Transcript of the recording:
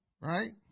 Right